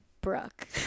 Brooke